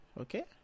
okay